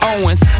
Owens